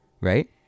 Right